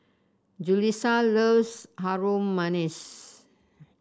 Julisa loves Harum Manis